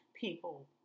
people